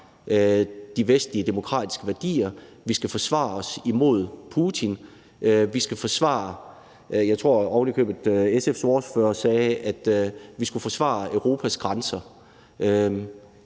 de vestlige demokratiske værdier. Vi skal forsvare os imod Putin. Jeg tror ovenikøbet, at SF's ordfører sagde, at vi skulle forsvare Europas grænser.